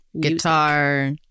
guitar